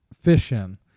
fishing